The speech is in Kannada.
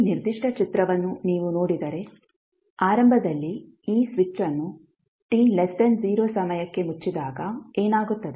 ಈ ನಿರ್ದಿಷ್ಟ ಚಿತ್ರವನ್ನು ನೀವು ನೋಡಿದರೆ ಆರಂಭದಲ್ಲಿ ಈ ಸ್ವಿಚ್ಅನ್ನು t 0 ಸಮಯಕ್ಕೆ ಮುಚ್ಚಿದಾಗ ಏನಾಗುತ್ತದೆ